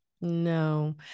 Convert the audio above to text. No